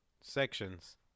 sections